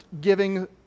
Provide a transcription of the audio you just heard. giving